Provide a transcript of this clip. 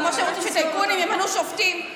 כמו שהם רוצים שטייקונים ימנו שופטים,